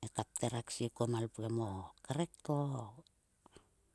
he ka pter a ksie kuo malpgem o krek to.